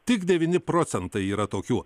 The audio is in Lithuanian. tik devyni procentai yra tokių